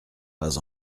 pas